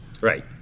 right